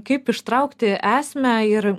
kaip ištraukti esmę ir